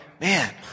Man